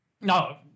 No